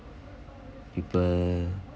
people